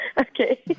Okay